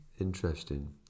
interesting